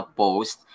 post